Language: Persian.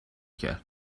کرد